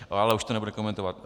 Ale už to nebudu komentovat.